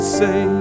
say